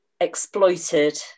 exploited